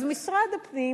אז משרד הפנים,